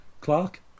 Clark